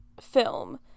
film